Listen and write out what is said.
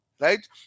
Right